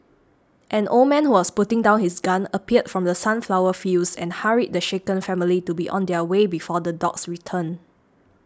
an old man who was putting down his gun appeared from the sunflower fields and hurried the shaken family to be on their way before the dogs return